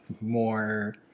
more